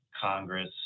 Congress